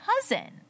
cousin